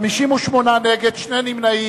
58 נגד, שני נמנעים,